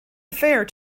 affair